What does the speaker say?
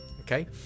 Okay